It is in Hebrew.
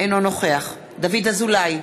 אינו נוכח דוד אזולאי,